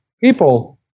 People